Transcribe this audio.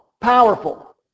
powerful